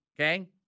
okay